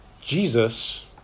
Jesus